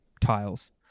tiles